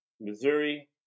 Missouri